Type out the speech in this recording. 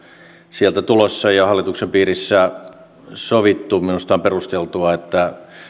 sieltä tulossa ja hallituksen piirissä sovittu minusta on perusteltua että